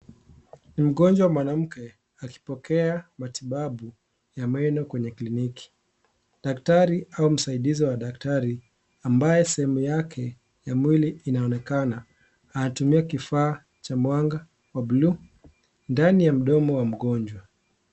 Ni mgonjwa mwanamke akipokea matibabu ya meno kwenye kliniki, daktari au msaidizi wa daktari ambaye sehemu yake ya mwili inaonekana anatumia kifaa cha mwanga wa bulu ndani ya mdomo wa mgonjwa.